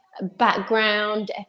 background